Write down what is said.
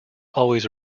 always